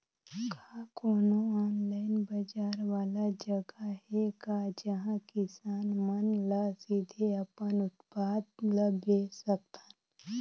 का कोनो ऑनलाइन बाजार वाला जगह हे का जहां किसान मन ल सीधे अपन उत्पाद ल बेच सकथन?